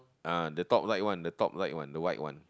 ah the top right one the top right one the white one